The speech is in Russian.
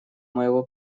моего